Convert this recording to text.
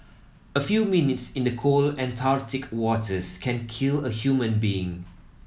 a few minutes in the cold Antarctic waters can kill a human being